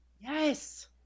Yes